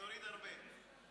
תוריד הרבה.